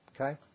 Okay